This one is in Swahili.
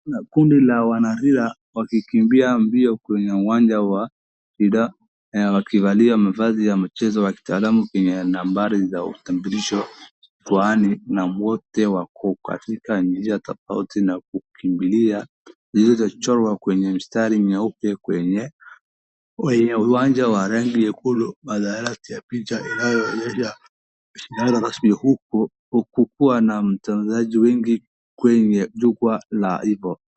Kuna kundi la wanariadha wakikimbia mbio kwenye uwanja wa idara wakivalia mavazi ya mchezo wa kitaalam zenye nambari za utambulisho kifuani na wote wako katika njia tofauti za kukimbilia zilizochorwa kwa mistari nyeupe kwenye uwanja wa rangi nyekundu. manthari ya picha yanaonyesha uko kukiwa na watangazaji wengi kwenye jukwaa.